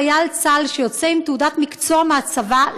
חייל צה"ל שיוצא עם תעודת מקצוע מהצבא,